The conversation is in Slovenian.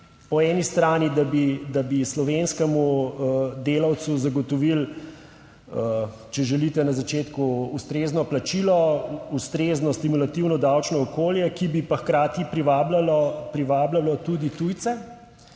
Po eni strani, da bi, da bi slovenskemu delavcu zagotovili, če želite na začetku ustrezno plačilo ustrezno stimulativno davčno okolje, ki bi pa hkrati privabljalo tudi tujce.